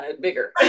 bigger